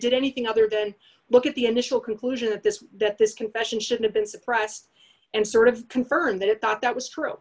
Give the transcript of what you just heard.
did anything other than look at the initial conclusion that this that this confession should have been suppressed and sort of confirmed that it thought that was true